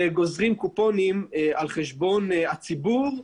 וגוזרים קופונים על חשבון הציבור.